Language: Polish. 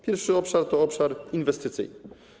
Pierwszy obszar to obszar inwestycyjny.